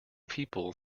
people